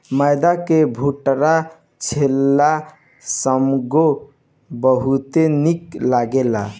मैदा के भटूरा छोला संगे बहुते निक लगेला